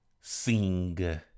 sing